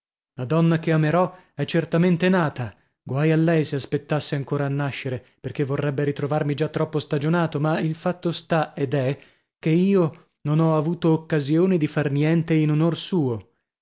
la donna che amerò è certamente nata guai a lei se aspettasse ancora a nascere perchè vorrebbe ritrovarmi già troppo stagionato ma il fatto sta ed è che io non ho avuto occasione di far niente in onor suo qui